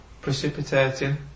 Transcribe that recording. precipitating